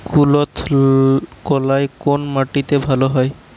কুলত্থ কলাই কোন মাটিতে ভালো হয়?